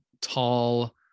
tall